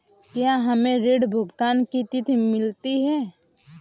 क्या हमें ऋण भुगतान की तिथि मिलती है?